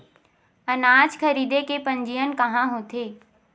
अनाज खरीदे के पंजीयन कहां होथे?